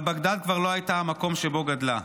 אבל בגדאד כבר לא הייתה המקום שבו גדלה.